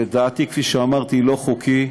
ולדעתי, כפי שאמרתי, לא חוקי.